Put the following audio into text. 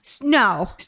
no